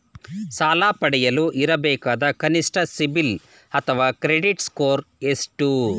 ಸಾಲ ಪಡೆಯಲು ಇರಬೇಕಾದ ಕನಿಷ್ಠ ಸಿಬಿಲ್ ಅಥವಾ ಕ್ರೆಡಿಟ್ ಸ್ಕೋರ್ ಎಷ್ಟು?